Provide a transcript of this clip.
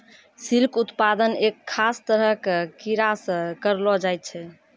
silk उत्पादन एक खास तरह के कीड़ा सॅ करलो जाय छै